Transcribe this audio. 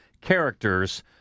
characters